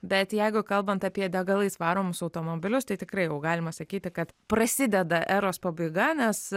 bet jeigu kalbant apie degalais varomus automobilius tai tikrai jau galima sakyti kad prasideda eros pabaiga nes